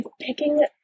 picking